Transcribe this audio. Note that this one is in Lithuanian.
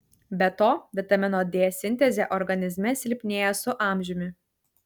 be to vitamino d sintezė organizme silpnėja su amžiumi